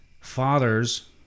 fathers